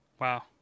Wow